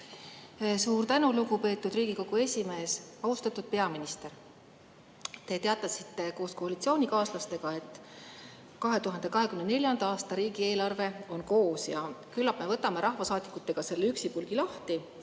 Suur tänu, lugupeetud Riigikogu esimees! Austatud peaminister! Te teatasite koos koalitsioonikaaslastega, et 2024. aasta riigieelarve on koos. Küllap me võtame rahvasaadikutega selle üksipulgi lahti,